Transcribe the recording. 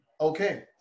okay